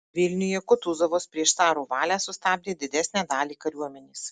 vilniuje kutuzovas prieš caro valią sustabdė didesnę dalį kariuomenės